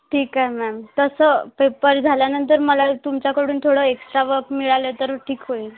ठीक आहे मॅम तसं पेपर झाल्यानंतर मला तुमच्याकडून थोडं एक्स्ट्रा वर्क मिळालं तर ठीक होईल